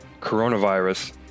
coronavirus